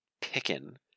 pickin